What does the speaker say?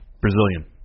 Brazilian